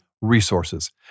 resources